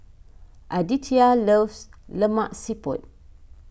Aditya loves Lemak Siput